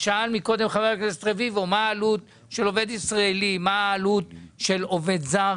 של עובד ישראלי, מה העלות של עובד זר.